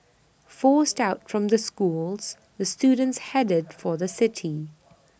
forced out from the schools the students headed for the city